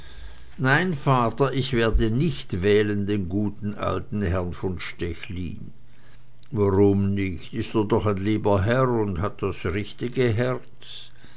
nein vater ich werde nicht wählen den guten alten herrn von stechlin warum nicht ist er doch ein lieber herr und hat das richtige herz